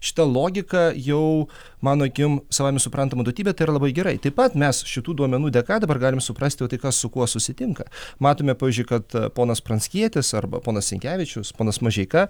šita logika jau mano akim savaime suprantama duotybė tai yra labai gerai taip pat mes šitų duomenų dėka dabar galim suprasti tai kas su kuo susitinka matome pavyzdžiui kad ponas pranckietis arba ponas sinkevičius ponas mažeika